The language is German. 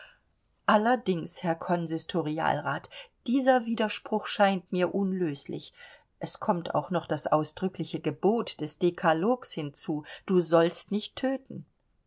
allerdings herr konsistorialrat dieser widerspruch scheint mir unlöslich es kommt auch noch das ausdrückliche gebot des dekalogs hinzu du sollst nicht töten